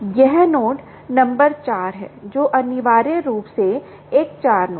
यह node number 4 है जो अनिवार्य रूप से एक 4 नोड है